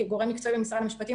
כגורם מקצועי במשרד המשפטים,